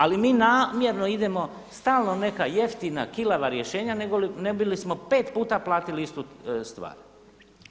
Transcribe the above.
Ali mi namjerno idemo stalno neka jeftina kilava rješenja nego ne bili smo pet puta platili istu stvar.